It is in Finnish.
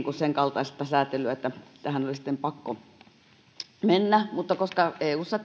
senkaltaista säätelyä että tähän oli pakko mennä mutta koska myös eussa